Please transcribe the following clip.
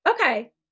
okay